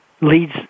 leads